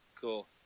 Cool